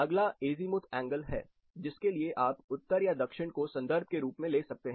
अगला azimuth angle है जिसके लिए आप उत्तर या दक्षिण को संदर्भ के रूप में ले सकते हैं